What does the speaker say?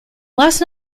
last